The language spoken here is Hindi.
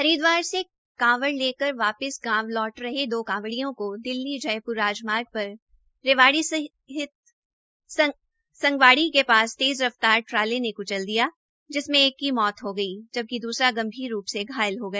हरिद्वार से कांवड़ लेकर वापिस गांव लौट रहे दो कावड़ियों को दिल्ली जयप्र राजमार्ग पर रेवाड़ी स्थित संगवाड़ी के पास तेज़ रफ्तार ट्राले ने क्चल दिया जिसमें एक की मौत हो गई जबकि दूसरा गंभीर रूप से घायल हो गया